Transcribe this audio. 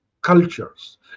cultures